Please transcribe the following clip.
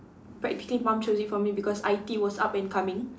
practically mum chose it for me because I_T was up and coming